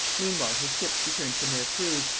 meanwhile his ships returned from their cruise,